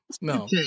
no